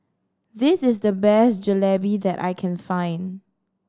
this is the best Jalebi that I can find